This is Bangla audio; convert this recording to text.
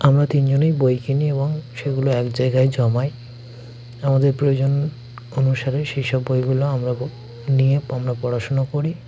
আমরা তিনজনেই বই কিনি এবং সেগুলো এক জায়গায় জমাই আমাদের প্রয়োজন অনুসারে সেই সব বইগুলো আমরা বো নিয়ে আমরা পড়াশুনো করি